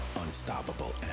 Unstoppable